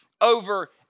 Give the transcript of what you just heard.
over